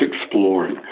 exploring